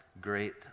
great